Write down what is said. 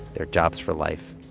they're jobs for life.